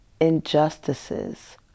injustices